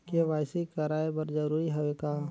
KYC कराय बर जरूरी हवे का?